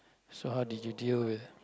so how did you deal with